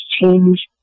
change